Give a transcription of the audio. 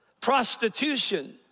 prostitution